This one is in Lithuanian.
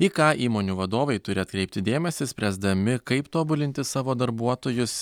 į ką įmonių vadovai turi atkreipti dėmesį spręsdami kaip tobulinti savo darbuotojus